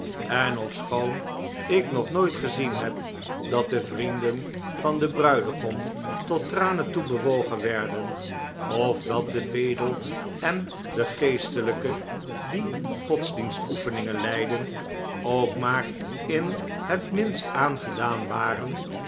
en ofschoon ik nog nooit gezien heb dat de vrienden van den bruigom tot tranen toe bewogen werden of dat de pedel en de geestelijken die de godsdienstoefeningen leidden ook maar in het minst aangedaan waren